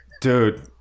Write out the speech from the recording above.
dude